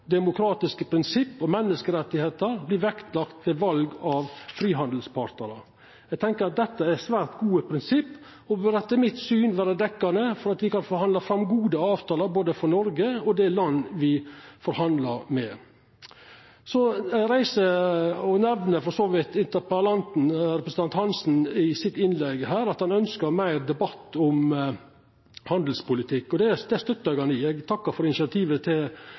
demokratiske prinsipp og menneskerettar vert vektlagde ved valg av frihandelspartnarar. Eg tenkjer at dette er svært gode prinsipp, og bør etter mitt syn vera dekkjande for å forhandla fram gode avtaler både for Noreg og det land me forhandlar med. Så nemner interpellanten, representanten Hansen, i sitt innlegg at han ønskjer meir debatt om handelspolitikk, og det støttar eg han i. Eg takkar for initiativet til